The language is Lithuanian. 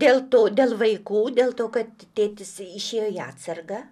dėl to dėl vaikų dėl to kad tėtis išėjo į atsargą